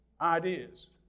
ideas